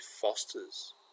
fosters